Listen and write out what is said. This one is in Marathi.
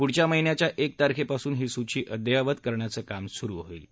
पुढच्या महिन्याच्या एक तारखेपासून ही सुची अद्यायावत करण्याचं काम सुरु होणाऱ आहे